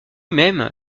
même